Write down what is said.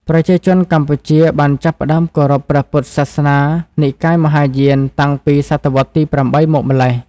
ប្រជាជនកម្ពុជាបានចាប់ផ្តើមគោរពព្រះពុទ្ធសាសនានិកាយមហាយានតាំងពី សតវត្សរ៍ទី ៨ មកម្ល៉េះ។